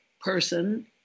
person